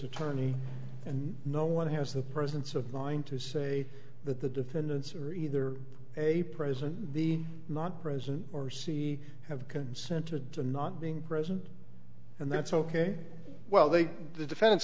attorney and no one has the presence of mind to say that the defendants are either a present the not present or see have consented to not being present and that's ok well they the defense